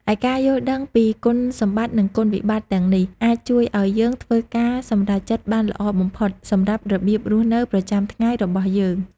ឯការយល់ដឹងពីគុណសម្បត្តិ និងគុណវិបត្តិទាំងនេះ អាចជួយឱ្យយើងធ្វើការសម្រេចចិត្តបានល្អបំផុតសម្រាប់របៀបរស់នៅប្រចាំថ្ងៃរបស់យើង។